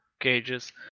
gauges